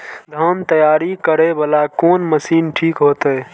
धान तैयारी करे वाला कोन मशीन ठीक होते?